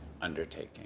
undertaking